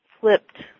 flipped